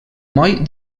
moll